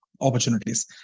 opportunities